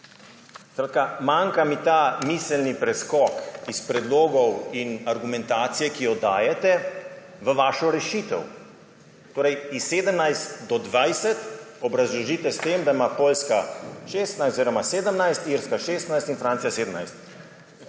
Skratka, manjka mi ta miselni preskok iz predlogov in argumentacije, ki jih dajete, v vašo rešitev. Torej s 17 na 20 obrazložite s tem, da ima Poljska 17, Irska 17 in Francija 16.